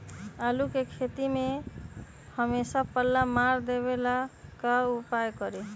आलू के खेती में हमेसा पल्ला मार देवे ला का उपाय करी?